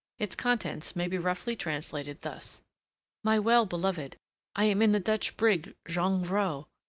its contents may be roughly translated thus my well-beloved i am in the dutch brig jongvrow,